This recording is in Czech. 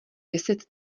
deset